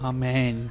Amen